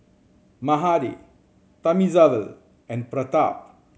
Mahade Thamizhavel and Pratap